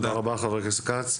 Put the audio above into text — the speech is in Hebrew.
תודה רבה, חבר הכנסת כץ.